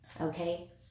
okay